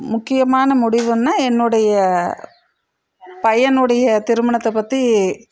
முக்கியமான முடிவுனால் என்னுடைய பையனுடைய திருமணத்தை பற்றி